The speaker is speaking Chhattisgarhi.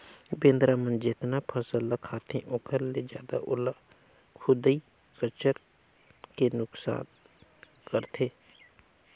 बेंदरा मन जेतना फसल ह खाते ओखर ले जादा ओला खुईद कचर के नुकनास करथे